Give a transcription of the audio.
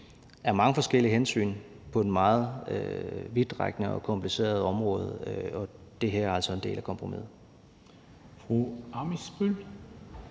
mange forskellige hensyn på et meget vidtrækkende og kompliceret område. Og det her er altså en del af kompromiset.